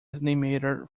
animator